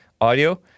audio